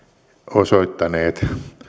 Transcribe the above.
osoittaneet että nyt sitten